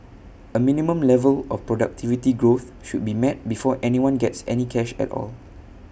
A minimum level of productivity growth should be met before anyone gets any cash at all